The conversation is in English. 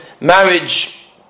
Marriage